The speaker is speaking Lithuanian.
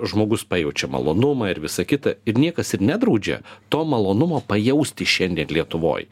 žmogus pajaučia malonumą ir visa kita ir niekas ir nedraudžia to malonumo pajausti šiandien lietuvoj